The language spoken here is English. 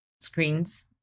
screens